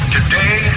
Today